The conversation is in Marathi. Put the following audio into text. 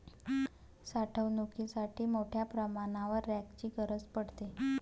साठवणुकीसाठी मोठ्या प्रमाणावर रॅकची गरज पडते